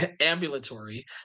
ambulatory